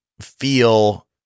feel